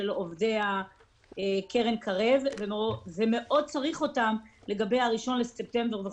עובדי קרן קרב ומאוד צריך אותם ל-1 בספטמבר.